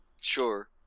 Sure